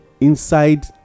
inside